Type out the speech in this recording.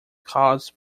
caused